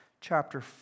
chapter